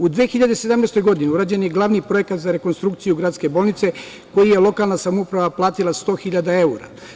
U 2017. godini urađen je glavni projekat za rekonstrukciju Gradske bolnice, koji je lokalna samouprava platila 100 hiljada evra.